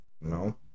No